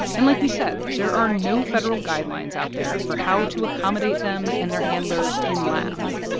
and like we said, there are no federal guidelines out there for how to accommodate them and their handlers in labs,